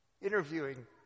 interviewing